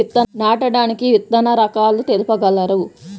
నాటడానికి విత్తన రకాలు తెలుపగలరు?